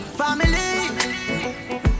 Family